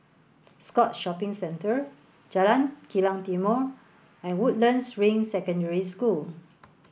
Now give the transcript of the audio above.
Scotts Shopping Centre Jalan Kilang Timor and Woodlands Ring Secondary School